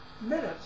Minutes